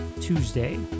Tuesday